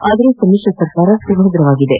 ಆದರೆ ಸಮ್ಮಿಶ್ರ ಸರ್ಕಾರ ಸುಭದ್ರವಾಗಿದೆ